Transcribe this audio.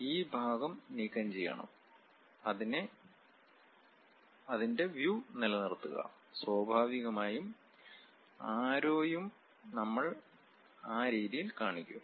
ഈ ഭാഗം നീക്കം ചെയ്യണം അതിന്റെ വ്യൂ നിലനിർത്തുക സ്വാഭാവികമായും അരോ യും നമ്മൾ ആ രീതിയിൽ കാണിക്കും